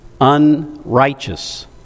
unrighteous